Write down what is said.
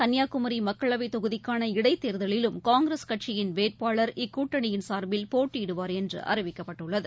கன்னியாகுமரி மக்களவை தொகுதிக்கான இடைத் தேர்தலிலும் காங்கிரஸ் கட்சியின் இதன்படி வேட்பாளர் இக்கூட்டணியின் சார்பில் போட்டியிடுவார் என்று அறிவிக்கப்பட்டுள்ளது